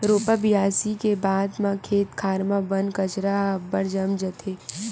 रोपा बियासी के बाद म खेत खार म बन कचरा अब्बड़ जाम जाथे